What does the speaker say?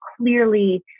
clearly